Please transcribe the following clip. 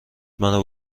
منو